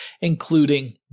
including